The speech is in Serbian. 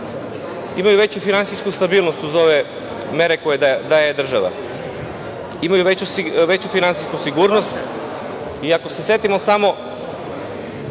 imaju veću finansijsku stabilnost uz ove mere koje daje država, imaju veću finansijsku sigurnost i ako se setimo samo